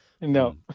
No